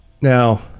Now